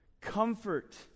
comfort